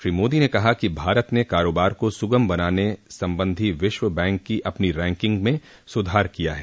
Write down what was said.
श्री मोदी ने कहा कि भारत ने कारोबार को सुगम बनाने संबंधी विश्व बैंक की अपनी रैंकिंग में सुधार किया है